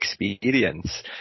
experience